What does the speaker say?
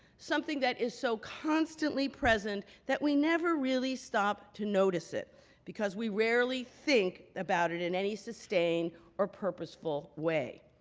something that is so constantly present that we never really stop to notice it because we rarely think about it in any sustained or purposeful way.